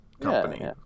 company